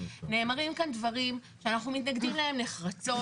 נאמרים כאן דברים שאנחנו מתנגדים להם נחרצות.